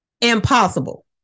Impossible